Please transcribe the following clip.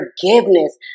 forgiveness